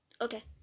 Okay